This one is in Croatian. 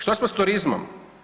Što smo s turizmom?